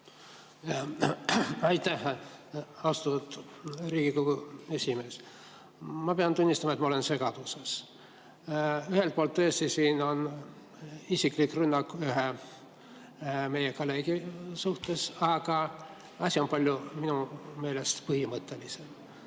Aitäh, austatud Riigikogu esimees! Ma pean tunnistama, et ma olen segaduses. Ühelt poolt tõesti siin on isiklik rünnak ühe meie kolleegi vastu, aga asi on minu meelest palju põhimõttelisem.